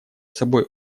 собой